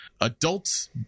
Adults